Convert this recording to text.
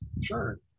Sure